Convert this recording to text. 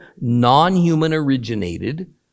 non-human-originated